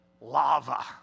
Lava